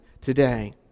today